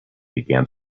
began